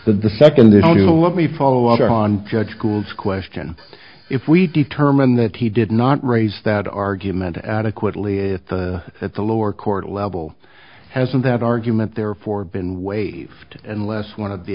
the second is you know let me follow up on judge schools question if we determine that he did not raise that argument adequately at the at the lower court level hasn't that argument therefore been waived unless one of the